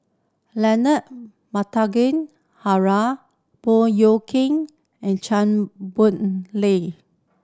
Leonard Montague Harrod Baey Yam Keng and Chua Boon Lay